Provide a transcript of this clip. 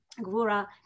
Gvura